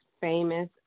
famous